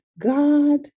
God